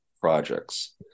projects